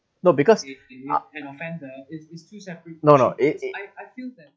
no because uh no no it